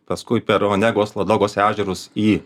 paskui per onegos ladogos ežerus į